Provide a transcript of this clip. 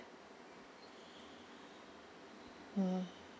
mm